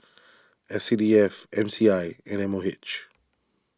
S C D F M C I and M O H